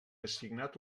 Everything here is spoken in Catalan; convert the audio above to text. assignat